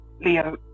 Leo